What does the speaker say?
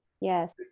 Yes